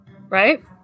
right